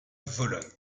vologne